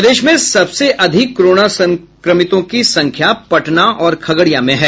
प्रदेश में सबसे अधिक कोरोना संक्रमितों की संख्या पटना और खगड़िया में है